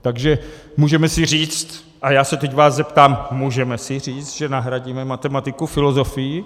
Takže můžeme si říct a já se teď vás zeptám: Můžeme si říct, že nahradíme matematiku filozofií?